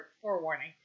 forewarning